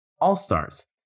All-Stars